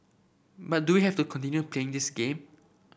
but do we have to continue playing this game